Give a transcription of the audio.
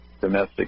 Domestic